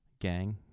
gang